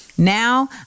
Now